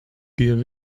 gehe